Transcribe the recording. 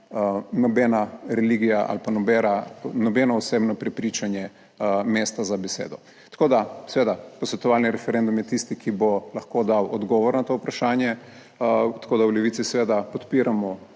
nobena religija ali pa nobena, nobeno osebno prepričanje mesta za besedo. Tako da, seveda posvetovalni referendum je tisti, ki bo lahko dal odgovor na to vprašanje, tako da v Levici seveda podpiramo